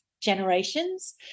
generations